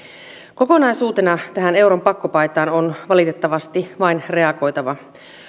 kokonaisuutena tähän euron pakkopaitaan on valitettavasti vain reagoitava